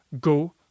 go